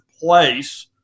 place